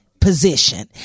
position